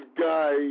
guy